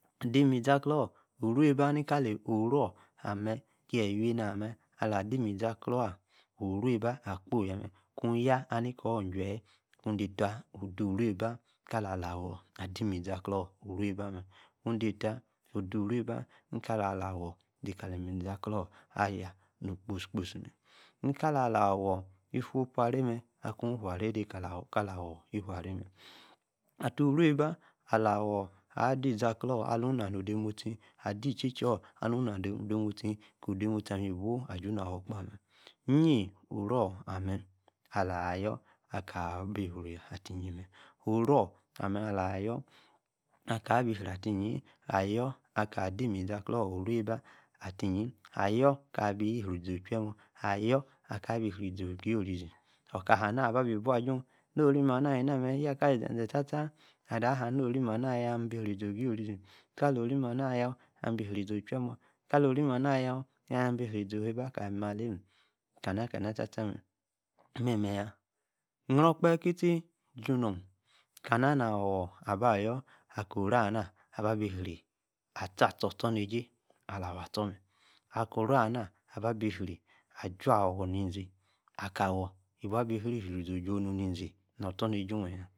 Adimizaklor, uruaba ni-kali, orow-amee, keey iwi-enor amee ala-adimizaklaa, uru-eba, akposi yaa-mee kuu yao alikor, juiet kuu detaa duu uruba, kala-la-wor adi mizaklor uruba mee, kuu de taa ode uruba kala-awor kilimizakloon ayaa no-kposi-kposi mee, ni-kala- awor, ifupu aray mee, akuu ifu, pu aray mee, atiti-uruba, awor, aah de izakloor, anu, na no-odemostic, ade-ichechor, alu-ina no-odemosjie, koo ode-mostie mee, iibu aju na-awor kpa mee, yie-oro-ama alayor aka biiy, ateyin mee, oro-ama, awor ka biriy ateyin mee, aka- dimizaklor, urubo, ateyin, ayor ka-biriy izi oche-emo, ayor kai biriy-zi ogie-orizi, uka haa, na-ba-bi, bua ajuu norim-amaa alinamee, yaa-kalizeze, tata teta, ada haa norim, ayor, akim-abi-iizi-ogorizi, kalor orim-anaa ayor, na mi abi rizi ochemon, kalon, orim-anaa ayor ki-ba rizi, oyieba-kali-malame kanakanaa-tataa mee, meme-ya, ki rior okpehe kitie, junu, kama, ana-awor, abayor akoro-amaa abiriy, atiatu, ostornejie ala-awor, astor mee, akoro-amaa, aba-bi-riy aju-awor nizzi, aka-awor, ibu-bi-ririy izi ojonu nizi, norstornejie-yaa.